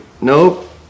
Nope